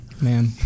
man